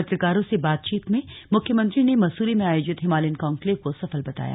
पत्रकारों से बातचीत में मुख्यमंत्री ने मसूरी में आयोजित हिमालयन कान्क्लेव को सफल बताया